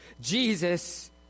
Jesus